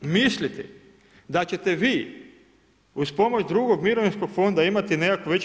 Misliti da ćete vi uz pomoć drugog mirovinskog fonda imati nekakvu veću.